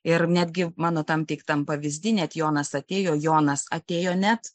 ir netgi mano tam teiktam pavyzdy net jonas atėjo jonas atėjo net